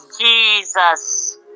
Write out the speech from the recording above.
Jesus